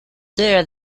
there